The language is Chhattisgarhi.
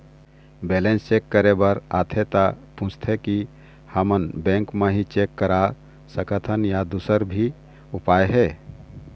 बैलेंस चेक करे बर आथे ता पूछथें की हमन बैंक मा ही चेक करा सकथन या दुसर भी उपाय हे?